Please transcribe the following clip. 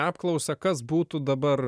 apklausą kas būtų dabar